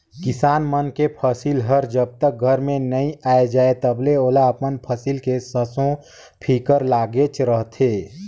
किसान मन के फसिल हर जब तक घर में नइ आये जाए तलबे ओला अपन फसिल के संसो फिकर लागेच रहथे